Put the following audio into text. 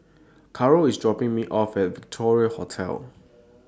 Karol IS dropping Me off At Victoria Hotel